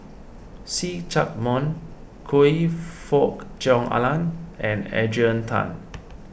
See Chak Mun Choe Fook Cheong Alan and Adrian Tan